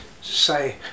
say